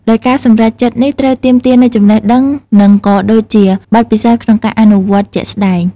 ដោយការសម្រេចចិត្តនេះត្រូវទាមទារនូវចំណេះដឹង និងក៏ដូចជាបទពិសោធន៍ក្នុងការអនុវត្តជាក់ស្តែង។